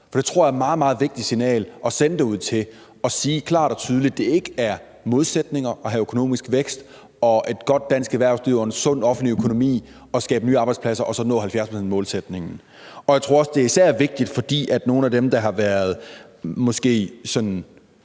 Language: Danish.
For det tror jeg er et meget, meget vigtigt signal at sende derudtil, så man siger klart og tydeligt, at det ikke er modsætninger at have økonomisk vækst og et godt dansk erhvervsliv og en sund offentlig økonomi og skabe nye arbejdspladser og så nå 70-procentsmålsætningen. Og jeg tror også, at det især er vigtigt, fordi nogle af dem, der har været sådan